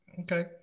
okay